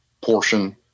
portion